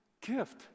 Gift